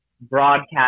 broadcast